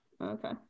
Okay